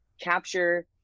capture